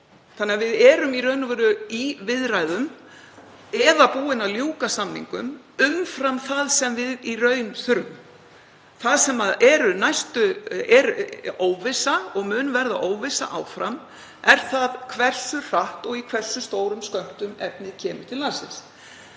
Þannig að við erum í raun og veru í viðræðum eða búin að ljúka samningum umfram það sem við þurfum í raun. Það sem er óvissa um og mun verða óvissa um áfram er það hversu hratt og í hversu stórum skömmtum efnið kemur til landsins.